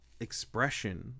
expression